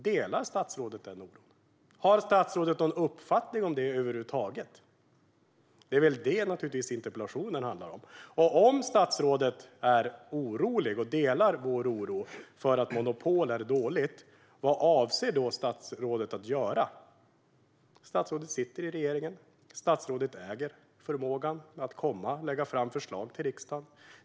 Har statsrådet någon uppfattning om det över huvud taget? Det är väl det interpellationen handlar om. Och om statsrådet är orolig och delar vår oro för att monopol är dåligt, vad avser då statsrådet att göra? Statsrådet sitter i regeringen. Statsrådet äger förmågan att lägga fram förslag till riksdagen.